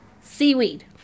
seaweed